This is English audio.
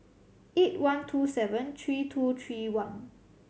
eight one two seven three two three one